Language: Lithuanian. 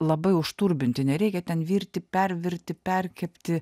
labai užturbinti nereikia ten virti pervirti perkepti